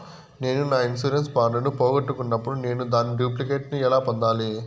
నేను నా insurance bond ను పోగొట్టుకున్నప్పుడు నేను దాని డూప్లికేట్ ను ఎలా పొందాలి?